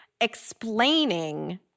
explaining